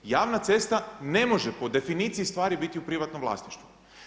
Javna cesta ne može po definiciji stvari biti u privatnom vlasništvu.